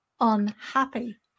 unhappy